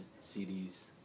CDs